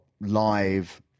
live